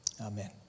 Amen